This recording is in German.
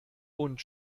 und